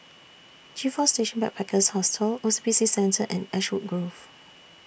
G four Station Backpackers Hostel O C B C Centre and Ashwood Grove